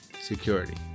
security